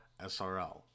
SRL